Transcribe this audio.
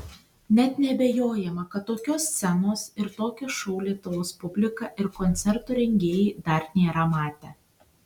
net neabejojama kad tokios scenos ir tokio šou lietuvos publika ir koncertų rengėjai dar nėra matę